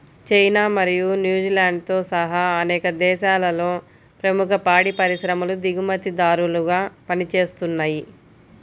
China మరియు న్యూజిలాండ్తో సహా అనేక దేశాలలో ప్రముఖ పాడి పరిశ్రమలు దిగుమతిదారులుగా పనిచేస్తున్నయ్